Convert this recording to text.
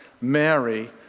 Mary